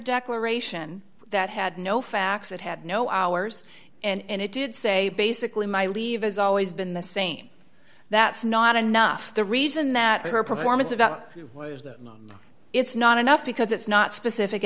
declaration that had no facts that had no hours and it did say basically my leave has always been the same that's not enough the reason that her performance about no it's not enough because it's not specific